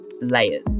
layers